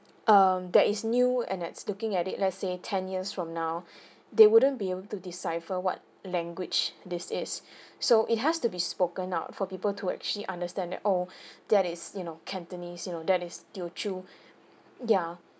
um that is new and it's looking at it let's say ten years from now they wouldn't be able to decipher what language this is so it has to be spoken out for people to actually understand that oh that is you know cantonese you know that is teochew yeah